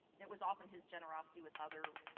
it was often his generosity with others.